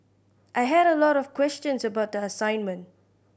I had a lot of questions about the assignment